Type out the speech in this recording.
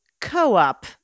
co-op